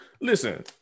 Listen